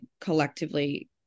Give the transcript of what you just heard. collectively